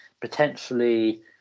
potentially